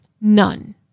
None